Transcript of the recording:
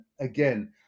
again